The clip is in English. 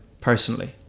personally